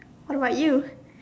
what about you